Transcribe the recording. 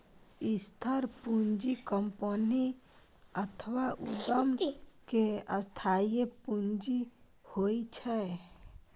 स्थिर पूंजी कंपनी अथवा उद्यम के स्थायी पूंजी होइ छै